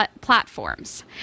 platforms